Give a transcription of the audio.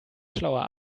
schlauer